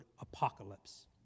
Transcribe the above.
apocalypse